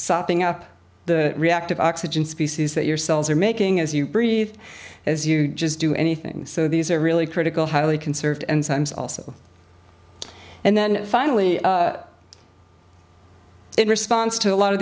something up the reactive oxygen species that your cells are making as you breathe as you just do anything so these are really critical highly conserved and times also and then finally in response to a lot